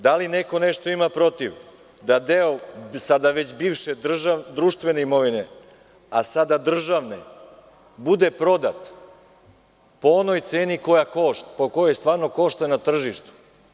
Da li neko nešto ima protiv da deo, sada već bivše društvene imovine, a sada državne, bude prodat po onoj ceni po kojoj stvarno košta na tržištu?